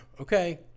Okay